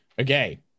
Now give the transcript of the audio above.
Okay